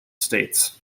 states